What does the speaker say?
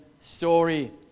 story